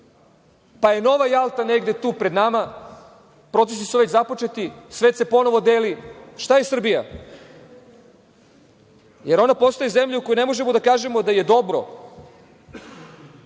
pa je nova „Alta“ negde tu pred nama, procesi su već započeti, svet se ponovo deli. Šta je Srbija? Ona postaje zemlja u kojoj ne možemo da kažemo da je dobro